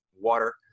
water